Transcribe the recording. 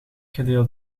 gedeeld